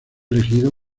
elegido